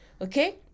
Okay